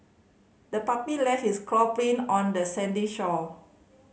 the puppy left its paw print on the sandy shore